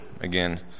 again